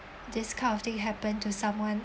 this kind of thing happen to someone